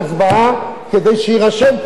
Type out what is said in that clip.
כדי שיירשם כאן בפרק הזה,